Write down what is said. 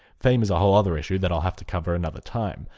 fame is a whole other issue that i'll have to cover another time.